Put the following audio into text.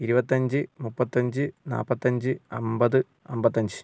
ഇരുപത്തഞ്ച് മുപ്പത്തഞ്ച് നാൽപ്പത്തഞ്ച് അൻപത് അൻപത്തഞ്ച്